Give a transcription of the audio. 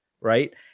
right